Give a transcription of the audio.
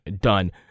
done